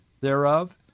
thereof